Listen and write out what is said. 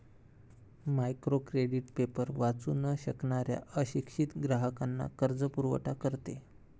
micro credit paper वाचू न शकणाऱ्या अशिक्षित ग्राहकांना कर्जपुरवठा करते